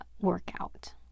workout